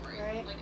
right